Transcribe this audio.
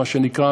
מה שנקרא,